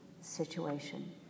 situation